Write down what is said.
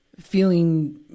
feeling